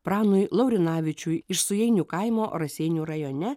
pranui laurinavičiui iš sujainių kaimo raseinių rajone